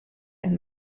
ein